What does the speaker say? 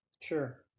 sure